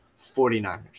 49ers